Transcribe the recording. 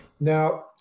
Now